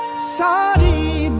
sabi,